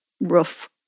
rough